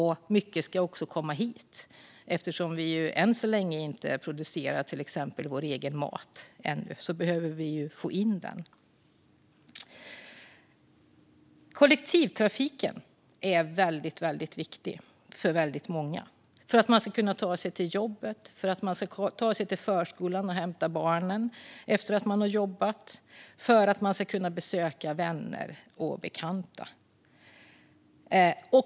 Mycket ska också komma hit. Eftersom vi än så länge inte producerar till exempel vår egen mat behöver vi få in den. Kollektivtrafiken är mycket viktig för väldigt många - för att man ska kunna ta sig till jobbet, för att man ska kunna ta sig till förskolan och hämta barnen efter att man har jobbat och för att man ska kunna besöka vänner och bekanta.